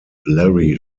larry